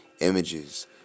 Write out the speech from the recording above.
images